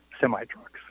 semi-trucks